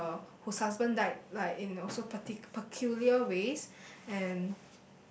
uh whose husband died like in also parti~ peculiar ways and